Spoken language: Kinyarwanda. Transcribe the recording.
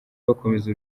bakomeza